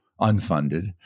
unfunded